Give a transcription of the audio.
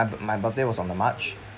my my birthday was on the march